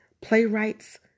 playwright's